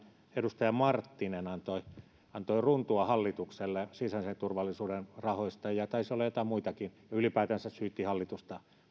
edustaja marttinen antoi antoi runtua hallitukselle sisäisen turvallisuuden rahoista ja taisi olla joitain muitakin ja ylipäätänsä syytti hallitusta